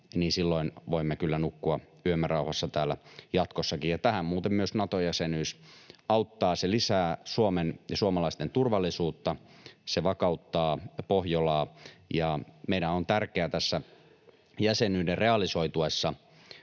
niin silloin voimme kyllä nukkua yömme rauhassa täällä jatkossakin. Tähän muuten myös Nato-jäsenyys auttaa: se lisää Suomen ja suomalaisten turvallisuutta, se vakauttaa Pohjolaa. Meidän on tärkeää tässä jäsenyyden realisoituessa